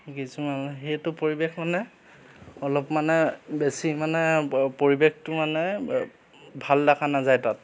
কিছুমান সেইটো পৰিৱেশ মানে অলপ মানে বেছি মানে পৰিৱেশটো মানে ভাল দেখা নাযায় তাত